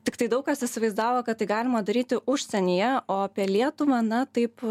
tiktai daug kas įsivaizdavo kad tai galima daryti užsienyje o apie lietuvą na taip